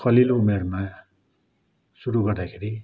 कलिलो उमेरमा सुरु गर्दाखेरि